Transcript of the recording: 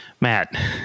Matt